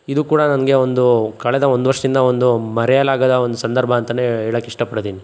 ಇದು ಕೂಡ ನನಗೆ ಒಂದು ಕಳೆದ ಒಂದುವರ್ಷ್ದಿಂದ ಒಂದು ಮರೆಯಲಾಗದ ಒಂದು ಸಂದರ್ಭ ಅಂತ ಹೇಳಕ್ ಇಷ್ಟಪಡ್ತೀನಿ